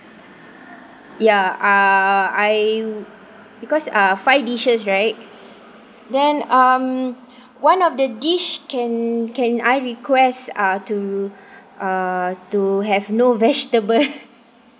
ya uh I because uh five dishes right then um one of the dish can can I request uh to uh to have no vegetable